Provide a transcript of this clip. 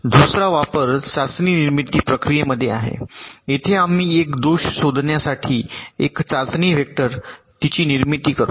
दुसरा वापर चाचणी निर्मिती प्रक्रियेमध्ये आहे येथे आम्ही एक दोष शोधण्यासाठी एक चाचणी वेक्टर तिची निर्मिती करतो